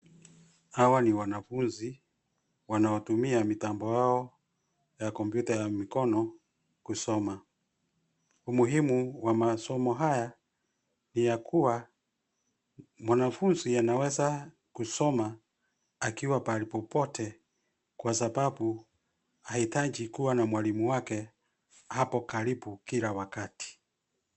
Hawa ni wanafunzi wanaotumia mitambo yao ya kompyuta ya mikono kusoma. Umuhimu wa masomo haya ni ya kuwa, mwanafunzi anaweza kusoma akiwa pahali popote kwa sababu hahitaji kuwa na mwalimu wake hapo karibu kila wakati.